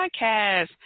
podcast